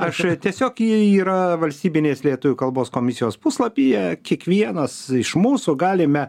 aš tiesiog jie yra valstybinės lietuvių kalbos komisijos puslapyje kiekvienas iš mūsų galime